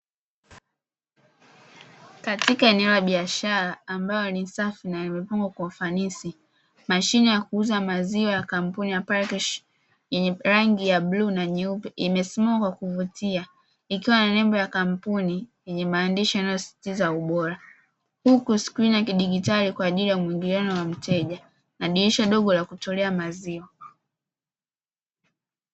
Katika eneo la biashara ambalo ni safi na limepangwa kwa ufanisi, mashine ya kuuza maziwa ya kampuni ya parkish yenye rangi ya bluu na nyeupe, imesimama kwa kuvutia ikiwa na nembo ya kampuni yenye maandishi yanayosisitiza ubora. Huku skrini ya kidijitali kwa ajili ya muingiliano wa mteja na dirisha dogo la kutolea maziwa.